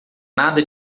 nada